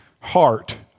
heart